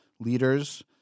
leaders